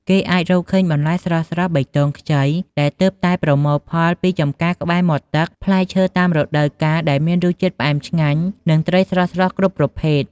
គេអាចរកឃើញបន្លែស្រស់ៗបៃតងខ្ចី ដែលទើបតែប្រមូលផលពីចំការក្បែរមាត់ទឹក ផ្លែឈើតាមរដូវកាលដែលមានរសជាតិផ្អែមឆ្ងាញ់ និងត្រីស្រស់ៗគ្រប់ប្រភេទ។